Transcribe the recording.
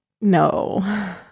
no